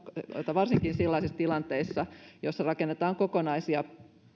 varsinkin sellaisissa tilanteissa joissa rakennetaan kokonaisia